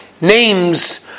names